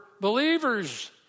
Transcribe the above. believers